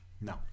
No